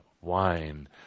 wine